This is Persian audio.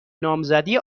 نامزدی